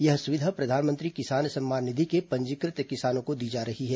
यह सुविधा प्रधानमंत्री किसान सम्मान निधि के पंजीकृत किसानों को दी जा रही है